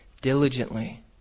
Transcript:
diligently